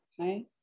okay